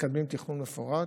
מקדמים תכנון מפורט.